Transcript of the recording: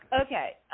Okay